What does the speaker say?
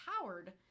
powered